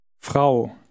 Frau